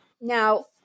Now